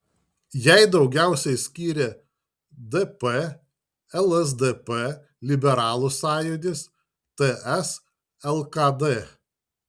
jai daugiausiai skyrė dp lsdp liberalų sąjūdis ts lkd